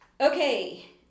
Okay